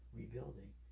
rebuilding